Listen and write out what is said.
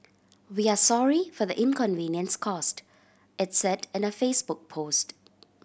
we are sorry for the inconvenience caused it said in a Facebook post